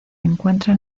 encuentra